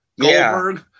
Goldberg